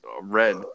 red